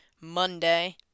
Monday